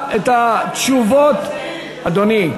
סלט טורקי.